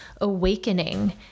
awakening